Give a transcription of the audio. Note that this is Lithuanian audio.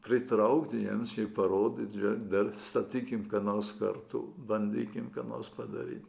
pritraukti jiems šiaip parodyt dėl statykim ką nors kartu bandykime ką nors padaryti